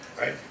right